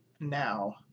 Now